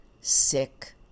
sick